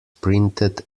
printed